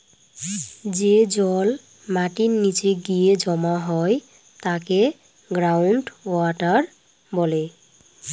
যে জল মাটির নীচে গিয়ে জমা হয় তাকে গ্রাউন্ড ওয়াটার বলে